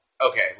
Okay